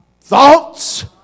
thoughts